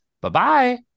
Bye-bye